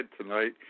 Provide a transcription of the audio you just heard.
tonight